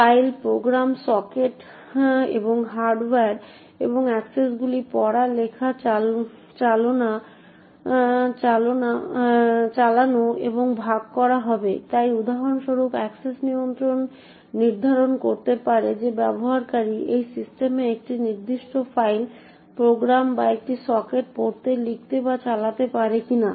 file program socket বা hardware এবং অ্যাক্সেসগুলি পড়া লেখা চালানো বা ভাগ করা হবে তাই উদাহরণস্বরূপ অ্যাক্সেস নিয়ন্ত্রণ নির্ধারণ করতে পারে যে ব্যবহারকারী এই সিস্টেমে একটি নির্দিষ্ট ফাইল প্রোগ্রাম বা একটি সকেট পড়তে লিখতে বা চালাতে পারে কিনা